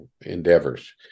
endeavors